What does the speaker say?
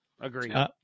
Agreed